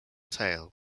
tail